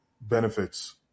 benefits